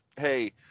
hey